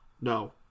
No